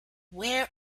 where